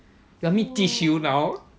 you want me teach you now